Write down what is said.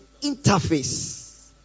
interface